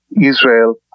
Israel